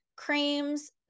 creams